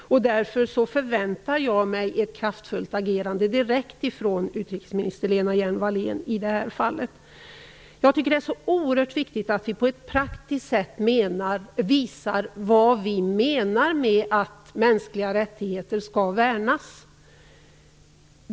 Därför förväntar jag mig ett kraftfullt agerande direkt från utrikesminister Lena Hjelm-Wallén i det här fallet. Jag tycker att det är så oerhört viktigt att vi på ett praktiskt sätt visar vad vi menar med att mänskliga rättigheter skall värnas.